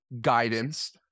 guidance